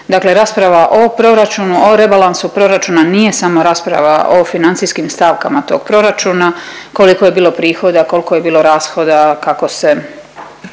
dakle rasprava o proračunu, o rebalansu proračuna nije samo rasprava o financijskim stavkama tog proračuna koliko je bilo prihoda, koliko je bilo rashoda, kako se